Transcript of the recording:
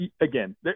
Again